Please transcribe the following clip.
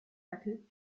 dackel